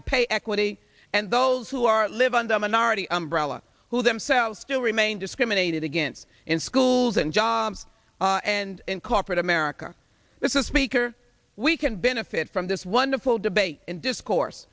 of pay equity and those who are live on the minority umbrella who themselves still remain discriminated against in schools and jobs and in corporate america it's a speaker we can benefit from this wonderful debate and discourse